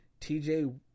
TJ